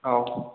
ହଉ